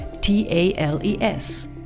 T-A-L-E-S